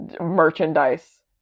merchandise